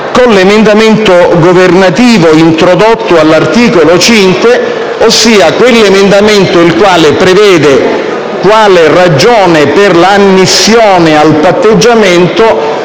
con l'emendamento governativo introdotto all'articolo 5, ossia quello che prevede quale ragione per l'ammissione al patteggiamento